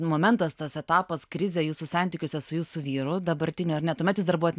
momentas tas etapas krizė jūsų santykiuose su jūsų vyru dabartiniu ar ne tuomet jūs dirbote